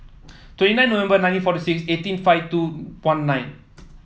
twenty nine November nineteen forty seven eighteen five two one nine